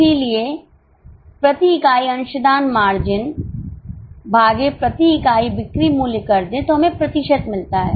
इसलिए प्रति इकाई अंशदान मार्जिन भागे प्रति इकाई बिक्री मूल्य कर दें तो हमें प्प्रतिशत मिलता है